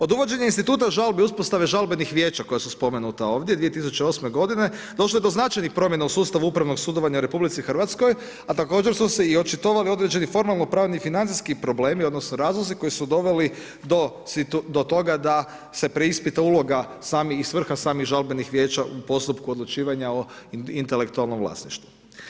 Od uvođenja instituta žalbi, uspostave žalbenih vijeća koja su spomenuta ovdje 2008. godine došlo je do značajnih promjena u sustavu upravnog sudovanja u RH a također su se i očitovali određeni formalno pravni i financijski probleme odnosno razlozi koji su doveli do toga da se preispita uloga i svrha samih žalbenih vijeća u postupku odlučivanja o intelektualnom vlasništvu.